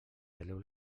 peleu